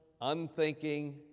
unthinking